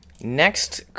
Next